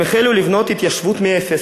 הם החלו לבנות התיישבות מאפס,